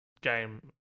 game